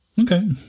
Okay